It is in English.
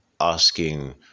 asking